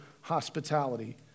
hospitality